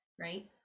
Right